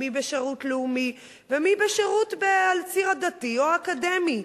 מי בשירות אזרחי ומי בשירות לאומי ומי בשירות על הציר הדתי או האקדמי.